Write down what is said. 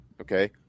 okay